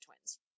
twins